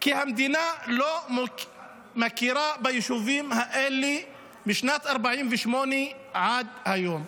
כי המדינה לא מכירה ביישובים האלה משנת 48' עד היום.